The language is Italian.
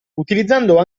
utilizzando